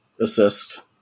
assist